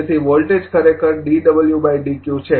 તેથી વોલ્ટેજ ખરેખર dwdq છે